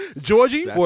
Georgie